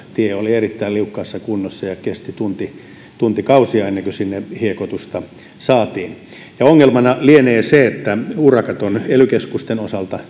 tie oli erittäin liukkaassa kunnossa ja kesti tuntikausia ennen kuin sinne hiekoitusta saatiin ongelmana lienee se että urakat on ely keskusten osalta